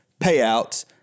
payouts